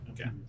Okay